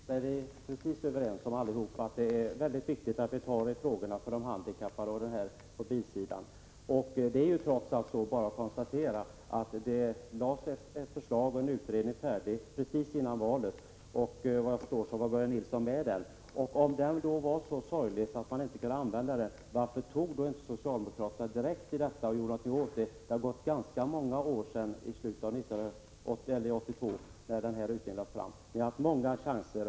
Herr talman! Det sista Börje Nilsson sade i det senaste inlägget är vi överens om allihop. Det är väldigt viktigt att ta tag i frågorna som gäller de handikappade. Det är då bara att konstatera att det lades fram ett utredningsförslag precis före valet 1982, och vad jag förstår var Börje Nilsson med i den utredningen. Om förslaget var så dåligt att det inte kunde användas, varför tog då inte socialdemokraterna direkt tag i detta och gjorde någonting åt det? Det har gått ganska många år sedan 1982. Ni har haft många chanser.